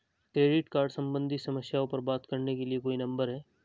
Credit card सम्बंधित समस्याओं पर बात करने के लिए कोई नंबर है?